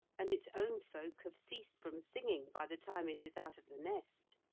and its own folk have ceased from singing by the time it is out of the nest.